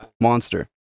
Monster